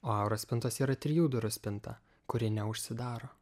o auros spintos yra trijų durų spinta kuri neužsidaro